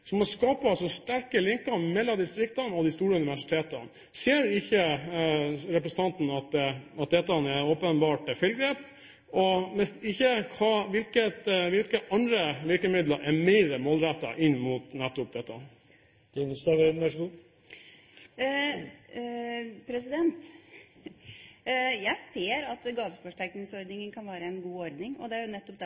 skaper altså sterke linker mellom distriktene og de store universitetene. Ser ikke representanten at dette åpenbart er et feilgrep? Hvis ikke – hvilke andre virkemidler er mer målrettet inn mot nettopp dette? Jeg ser at gaveforsterkningsordningen kan være en god ordning. Det er nettopp